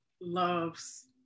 loves